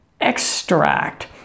extract